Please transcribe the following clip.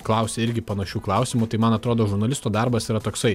klausia irgi panašių klausimų tai man atrodo žurnalisto darbas yra toksai